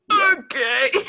okay